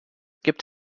gibt